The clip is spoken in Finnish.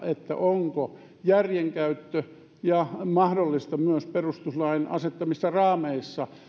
onko järjenkäyttö mahdollista myös perustuslain asettamissa raameissa